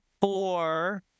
four